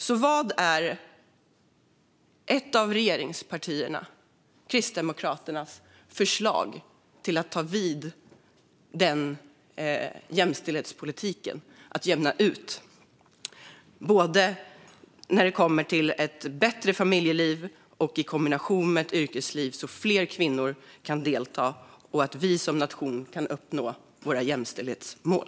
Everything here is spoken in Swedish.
Vad har Kristdemokraterna, ett av regeringspartierna, för förslag för att ta denna jämställdhetspolitik vidare och jämna ut för att få till stånd både ett bättre familjeliv och möjlighet att kombinera det med ett yrkesliv, så att fler kvinnor kan delta och vi som nation kan uppnå våra jämställdhetsmål?